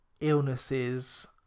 illnesses